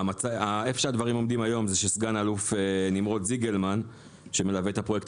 הדברים עומדים היום כך שסא"ל נמרוד זיגלמן שמלווה את הפרויקט